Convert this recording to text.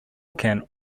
can